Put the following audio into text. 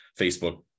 Facebook